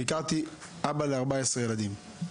ביקרתי אבא ל-14 ילדים.